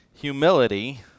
humility